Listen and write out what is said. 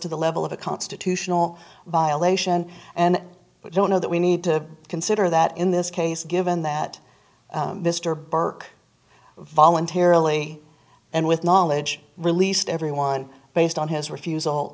to the level of a constitutional violation and we don't know that we need to consider that in this case given that mr burke voluntarily and with knowledge released everyone based on his refusal